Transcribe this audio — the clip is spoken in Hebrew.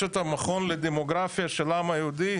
יש את המכון לדמוגרפיה של העם היהודי.